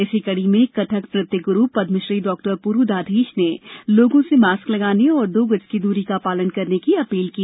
इसी कड़ी में कथक नृत्य गुरू पद्मश्री डॉक्टर पुरु दाधीच ने लोगों से मास्क लगाने और दो गज की दूरी का पालन करने की अपील की